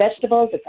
Vegetables